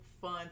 fun